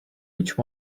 which